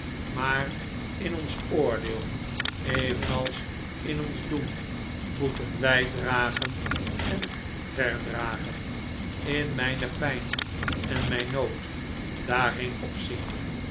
maar in ons oordeel evenals in ons doen moeten wij dragen en verdragen in mijne pijn en mijn nood daarheen